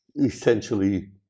essentially